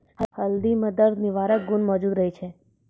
हल्दी म दर्द निवारक गुण मौजूद रहै छै